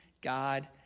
God